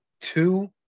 two